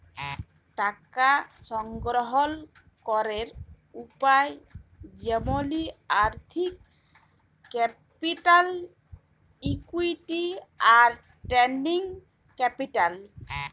টাকা সংগ্রহল ক্যরের উপায় যেমলি আর্থিক ক্যাপিটাল, ইকুইটি, আর ট্রেডিং ক্যাপিটাল